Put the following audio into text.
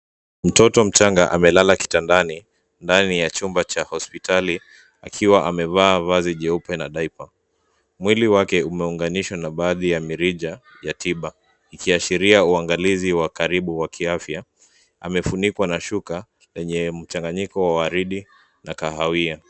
Mtoto mchanga amelala kitandani, ndani ya chumba cha hospitali, akiwa amevaa vazi jeupe na daiper . Mwili wake umeunganishwa na baadhi ya mirija, ya tiba, ikiashiria uangalizi wa karibu wa kiafya. Amefunikwa na shuka, yenye mchanganyiko wa waridi, na kahawia.